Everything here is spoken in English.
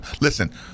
listen